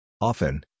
Often